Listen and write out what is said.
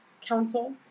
council